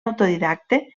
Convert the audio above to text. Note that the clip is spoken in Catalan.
autodidacte